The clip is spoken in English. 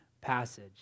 passage